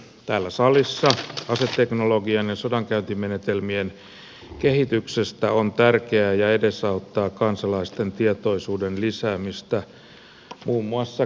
keskustelu täällä salissa aseteknologian ja sodankäyntimenetelmien kehityksestä on tärkeää ja edesauttaa kansalaisten tietoisuuden lisäämistä muun muassa kyberturvallisuudesta